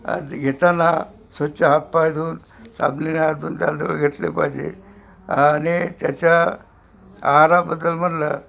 आधी घेताना स्वच्छ हातपाय धऊन साबणीने हात धूऊन त्याला जवळ घेतले पाहिजे आणि त्याच्या आहाराबद्दल म्हटलं